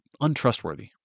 untrustworthy